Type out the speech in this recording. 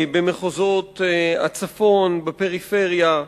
במחוזות הצפון, בפריפריה.